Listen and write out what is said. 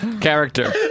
character